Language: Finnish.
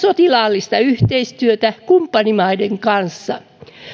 sotilaallista yhteistyötä kumppanimaiden kanssa